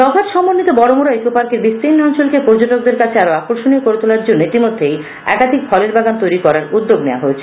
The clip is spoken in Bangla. লগ হাট সমন্বিত বড়মুড়া ইকোপার্কের বিস্তীর্ণ অঞ্চলকে পর্যটকদের কাছে আরও আকর্ষনীয় করে তোলার জন্য ইতিমধ্যেই একাধিক ফলের বাগান তৈরী করার উদ্যোগ নেওয়া হয়েছে